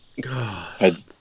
God